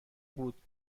بود